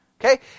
Okay